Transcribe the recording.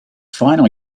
final